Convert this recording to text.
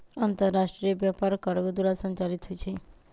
अंतरराष्ट्रीय व्यापार कार्गो द्वारा संचालित होइ छइ